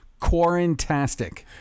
Quarantastic